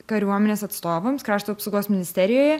kariuomenės atstovams krašto apsaugos ministerijoje